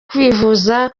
kwivuza